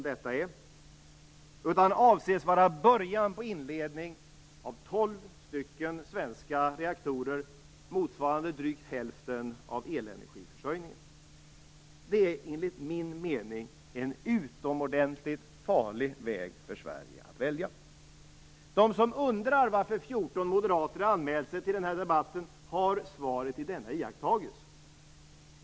Det avses att vara början på det inledande arbetet med att stänga av tolv svenska reaktorer, motsvarande drygt hälften av elenergiförsörjningen. Detta är enligt min mening en utomordentlig farlig väg för Sverige att välja. De som undrar varför det är 14 moderater som har anmält sig till denna debatt har svaret i denna iakttagelse.